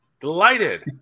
Delighted